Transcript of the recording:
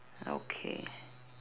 okay